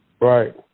Right